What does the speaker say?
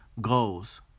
goals